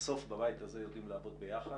בסוף בבית הזה יודעים לעבוד ביחד.